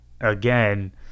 again